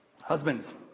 Husbands